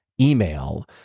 email